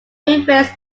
refrains